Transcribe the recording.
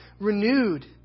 renewed